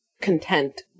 content